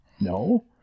No